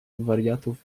wariatów